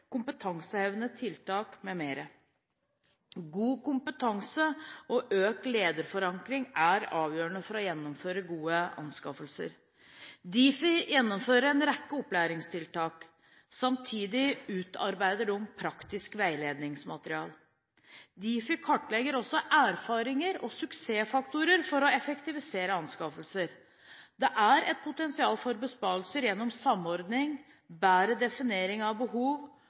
kompetansehevende tiltak m.m. God kompetanse og økt lederforankring er avgjørende for å gjennomføre gode anskaffelser. Difi gjennomfører en rekke opplæringstiltak. Samtidig utarbeider de praktisk veiledningsmateriale. Difi kartlegger også erfaringer og suksessfaktorer for å effektivisere anskaffelser. Det er et potensial for besparelser gjennom samordning, bedre definering av behov,